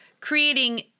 creating